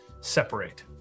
separate